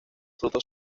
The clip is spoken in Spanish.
frutos